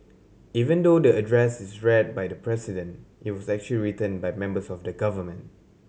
even though the address is read by the President it was actually written by members of the government